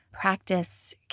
practice